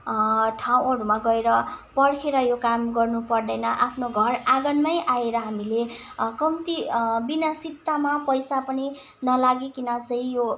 ठाउँहरूमा गएर पर्खेर यो काम गर्नु पर्दैन आफ्नो घर आँगनमै आएर हामीले कम्ती बिना सित्तामा पैसा पनि नलागिकिन चाहिँ यो